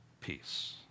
peace